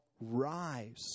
rise